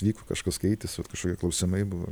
vyko kažkas keitėsi vat kažkokie klausimai buvo